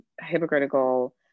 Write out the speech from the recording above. hypocritical